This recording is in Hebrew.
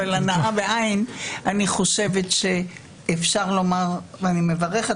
אבל הנעה ב-ע' אני חושבת שאפשר לומר ואני מברכת